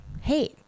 hey